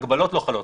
ההגבלות לא חלות.